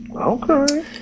Okay